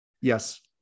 Yes